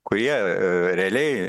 kurie realiai